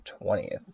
20th